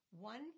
One